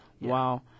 Wow